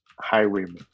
highwayman